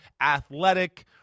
athletic